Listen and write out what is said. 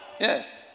Yes